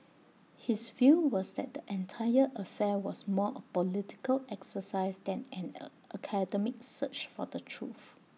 his view was that the entire affair was more A political exercise than an A academic search for the truth